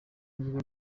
nibwo